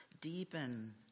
deepen